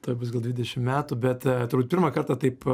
tuoj bus gal dvidešim metų bet a turbūt pirmą kartą taip